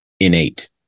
innate